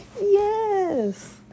Yes